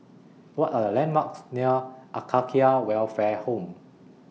What Are The landmarks near Acacia Welfare Home